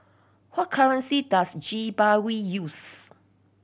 hot currency does Zimbabwe use